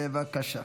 בבקשה.